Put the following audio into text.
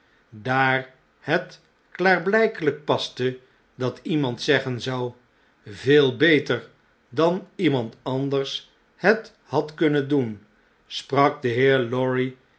daar het klaarblpeip paste dat iemand zeggen zou veel beter dan iemand anders het had kunnen doen sprak de heer lorry